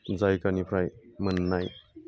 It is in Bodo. जायगानिफ्राय मोननाय